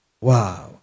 Wow